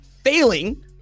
Failing